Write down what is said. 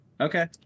Okay